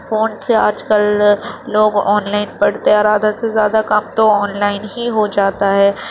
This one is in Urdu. فون سے آج کل لوگ آن لائن پڑھتے ہیں اور آدھا سے زیادہ کام تو آن لائن ہی ہو جاتا ہے